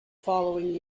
following